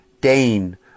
Dane